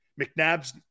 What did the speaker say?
McNabb's